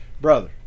Brother